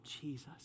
Jesus